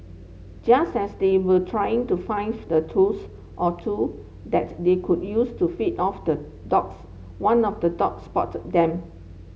just as they were trying to find the tools or two that they could use to fed off the dogs one of the dogs spotted them